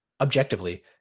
objectively